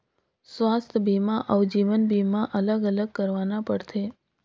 स्वास्थ बीमा अउ जीवन बीमा अलग अलग करवाना पड़थे?